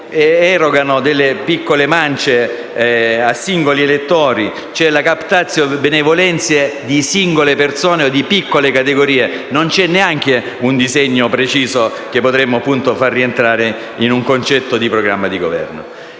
erogano piccole mance a singoli elettori - la *captatio benevolentiae* verso singole persone o piccole categorie - senza neanche un disegno preciso che potremmo far rientrare in un concetto di programma di Governo.